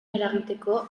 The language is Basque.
eragiteko